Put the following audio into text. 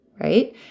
right